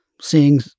seeing